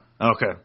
Okay